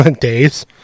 Days